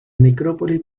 necrópolis